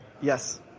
Yes